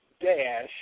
dash